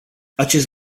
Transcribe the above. acest